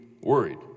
worried